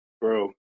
bro